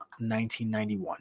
1991